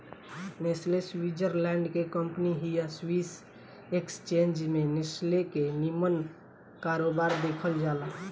Nestle Switzerland के company हिय Swiss exchange में नेस्ले के निमन कारोबार देखल जाला